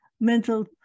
mental